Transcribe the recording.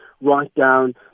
write-down